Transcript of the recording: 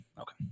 Okay